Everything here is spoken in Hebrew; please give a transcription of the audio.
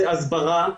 זה הסברה,